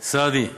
סעדי,